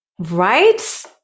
Right